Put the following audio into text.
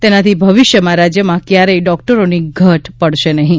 તેનાથી ભવિષ્યમાં રાજ્યમાં ક્યારેય ડોક્ટરોની ઘટ પડશે નહીં